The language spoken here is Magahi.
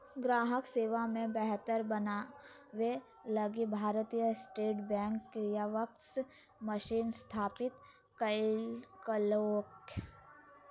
ग्राहक सेवा के बेहतर बनाबे लगी भारतीय स्टेट बैंक कियाक्स मशीन स्थापित कइल्कैय